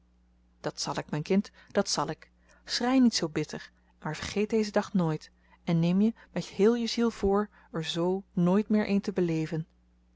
dat zal ik mijn kind dat zal ik schrei niet zoo bitter maar vergeet dezen dag nooit en neem je met heel je ziel voor er zoo nooit meer een te beleven